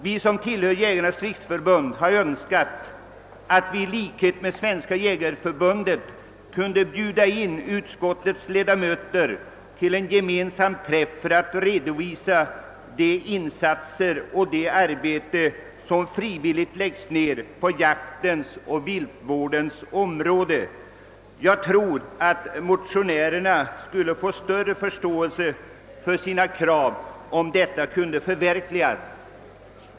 Vi som tillhör Jägarnas riksförbund hade önskat att vi i likhet med Svenska jägareförbundet kunde bjuda in utskottets ledamöter till en gemensam träff för att redovisa de insatser och det arbete som frivilligt läggs ner på jaktens och viltvårdens område. Jag tror att motionärerna skulle få större förståelse för sina krav, om en sådan träff kunde förverkligas.